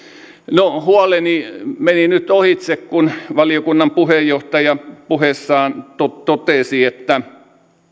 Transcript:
no huoleni meni nyt ohitse kun valiokunnan puheenjohtaja puheessaan totesi että